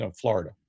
Florida